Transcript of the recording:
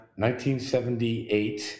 1978